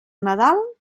nadal